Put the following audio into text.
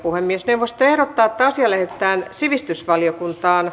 puhemiesneuvosto ehdottaa että asia lähetetään sivistysvaliokuntaan